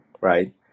right